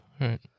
Right